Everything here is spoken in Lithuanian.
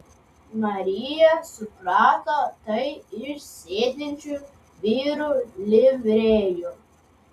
marija suprato tai iš sėdinčių vyrų livrėjų